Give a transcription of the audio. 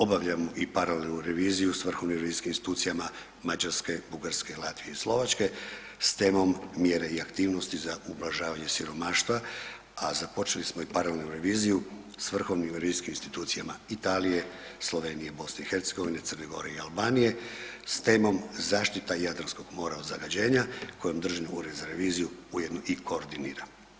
Obavljam i paralelnu reviziju s vrhovnim revizijskim institucijama Mađarske, Bugarske, Latvije i Slovačke s temom mjere i aktivnosti za ublažavanje siromaštva, a započeli smo i paralelnu reviziju s vrhovnim revizijskim institucijama Italije, Slovenije, BiH, Crne Gore i Albanije s temom Zaštita Jadranskog mora od zagađenja, kojim Državni ured za reviziju ujedno i koordinira.